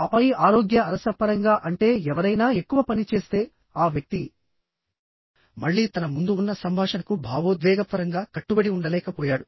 ఆపై ఆరోగ్య అలసట పరంగా అంటే ఎవరైనా ఎక్కువ పని చేస్తే ఆ వ్యక్తి మళ్ళీ తన ముందు ఉన్న సంభాషణకు భావోద్వేగపరంగా కట్టుబడి ఉండలేకపోయాడు